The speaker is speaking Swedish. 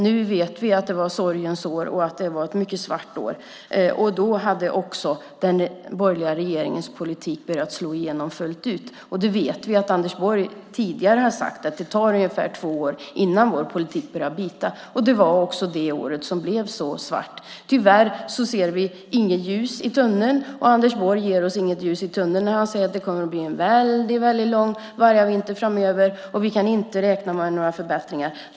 Nu vet vi att det var sorgens år och att det var ett mycket svart år. Då hade också den borgerliga regeringens politik börjat slå igenom fullt ut, och vi vet ju att Anders Borg tidigare hade sagt att det skulle ta ungefär två år innan regeringens politik började bita. Det var också det året som blev så svart. Tyvärr ser vi inget ljus i tunneln, och Anders Borg ger oss inget ljus i tunneln när han säger att det kommer att bli en väldigt lång vargavinter framöver och att vi inte kan räkna med några förbättringar.